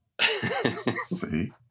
See